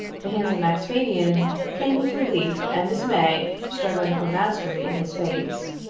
the handsome axphainian came with relief and dismay struggling for mastery in his face.